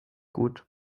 gut